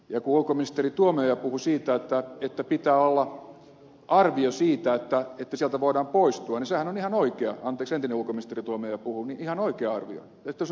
kun ulkoministeri tuomioja puhui siitä että pitää olla arvio siitä että sieltä voidaan poistua anteeksi entinen ulkoministeri tuomioja puhui niin sehän on ihan oikea arvio